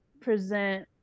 present